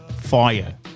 fire